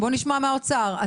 נשמע מהאוצר,